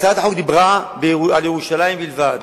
הצעת החוק דיברה על ירושלים בלבד,